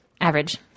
Average